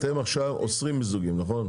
אתם עכשיו אוסרים מיזוגים נכון?